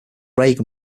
reagan